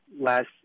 last